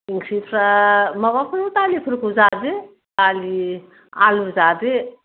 ओंख्रिफोरा माबाफोर दालिफोरखौ जादो दालि आलु जादो